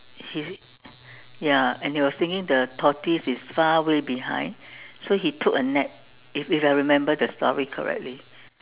he ya and he was thinking the tortoise is far way behind so he took a nap if if I remember the story correctly